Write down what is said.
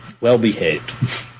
well-behaved